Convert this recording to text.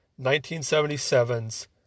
1977's